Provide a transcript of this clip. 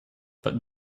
but